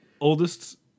Oldest